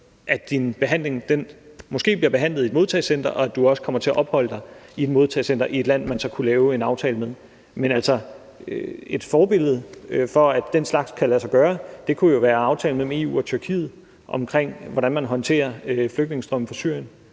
at din ansøgning måske bliver behandlet i et modtagecenter, og at du også kommer til at opholde dig i et modtagecenter i et land, som man så kunne lave en aftale med. Men et forbillede for, at den slags kan lade sig gøre, kunne jo være aftalen mellem EU og Tyrkiet om, hvordan man håndterer flygtningestrømmen fra Syrien.